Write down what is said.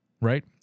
right